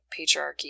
patriarchy